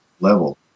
level